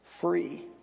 free